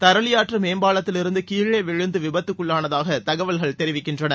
தரலியாற்று மேம்பாலத்திலிருந்து கீழே விழுந்து விபத்துக்குள்ளானதாக தகவல்கள் தெரிவிக்கின்றன